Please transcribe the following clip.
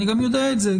אני גם יודע את זה,